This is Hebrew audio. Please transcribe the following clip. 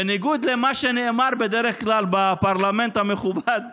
בניגוד למה שנאמר בדרך כלל בפרלמנט המכובד הזה,